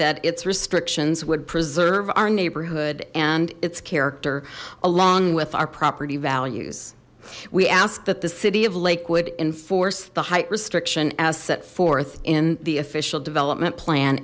that its restrictions would preserve our neighborhood and its character along with our property values we ask that the city of lakewood enforced the height restriction as set forth in the official development plan